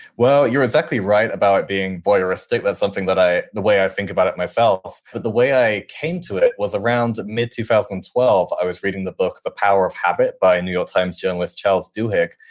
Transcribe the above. well, you're exactly right about being voyeuristic. that's something that i, the way i think about it myself. but the way i came to it was around mid two thousand and twelve, i was reading the book the power of habit, by a new york times journalist, charles duhigg,